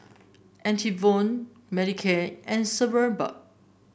Enervon Manicare and Sebamed